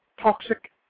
toxic